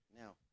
now